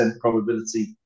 probability